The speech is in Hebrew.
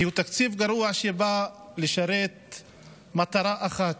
כי הוא תקציב גרוע שבא לשרת מטרה אחת: